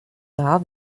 dar